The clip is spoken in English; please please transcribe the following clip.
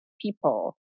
people